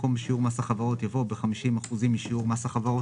במקום "בשיעור מס החברות" יבוא "ב-50% משיעור מס החברות".